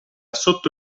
sotto